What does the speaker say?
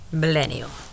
millennial